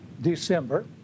December